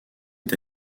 est